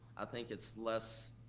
i think it's less,